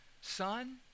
Son